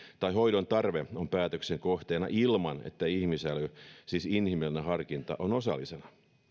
tai hoidon tarve on päätöksen kohteena ilman että ihmisäly siis inhimillinen harkinta on osallisena